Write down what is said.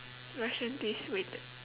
russian twist weighted